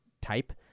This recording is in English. type